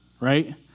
right